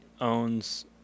owns